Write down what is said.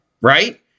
Right